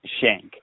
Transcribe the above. shank